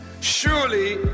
Surely